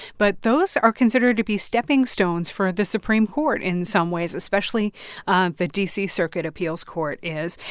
but those are considered to be stepping stones for the supreme court in some ways especially the d c. circuit appeals court is.